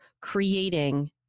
creating